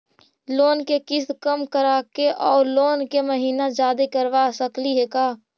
Loan के किस्त कम कराके औ लोन के महिना जादे करबा सकली हे का?